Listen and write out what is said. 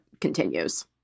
continues